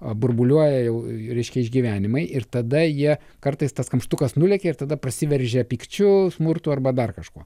burbuliuoja jau reiškia išgyvenimai ir tada jie kartais tas kamštukas nulekia ir tada prasiveržia pykčiu smurtu arba dar kažkuo